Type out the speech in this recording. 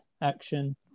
action